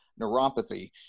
neuropathy